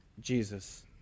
Jesus